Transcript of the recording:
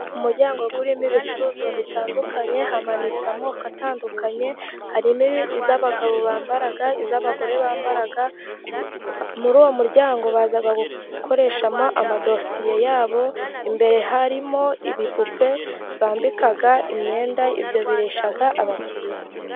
Umuryango urimo ibicuruzwa bitandukanye, hamanitse amoko atandukanye harimo: iy'abagabo bambara, iy'abagore bambara, muri uwo muryango baza gukoreshamo amadosiye yabo, imbere harimo ibipupe bambika imyenda ibyo bireshya abakiriya.